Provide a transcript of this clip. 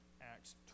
Acts